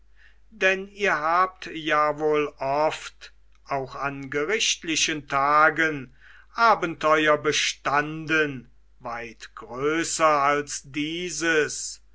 denn ihr habt ja wohl oft auch an gerichtlichen tagen abenteuer bestanden weit größer als dieses